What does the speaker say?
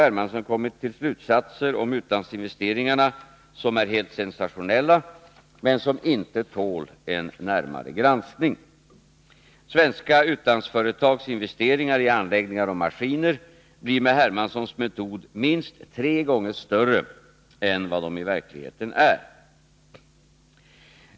Hermansson kommit till slutsatser om utlandsinvesteringarna som är helt sensationella, men som inte tål en närmare granskning. Svenska utlandsföretags investeringar i anläggningar och maskiner blir med C.-H. Hermanssons metod minst tre gånger större än vad de i verkligheten är.